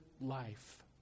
life